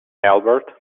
albert